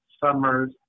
summers